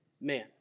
man